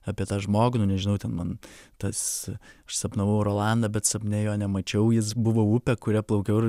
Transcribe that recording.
apie tą žmogų nu nežinau ten man tas aš sapnavau rolandą bet sapne jo nemačiau jis buvo upė kuria plaukiau ir